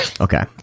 Okay